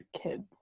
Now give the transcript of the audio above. kids